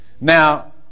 Now